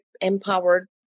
empowered